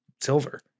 silver